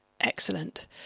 Excellent